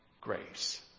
grace